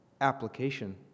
application